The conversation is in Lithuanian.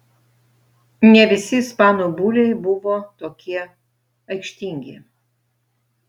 ne visi ispanų buliai buvo tokie aikštingi